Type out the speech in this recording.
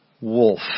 wolf